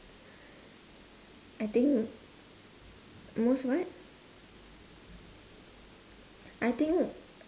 I think most what I think